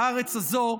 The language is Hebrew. בארץ הזו,